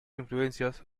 influencias